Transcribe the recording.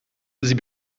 sie